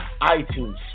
iTunes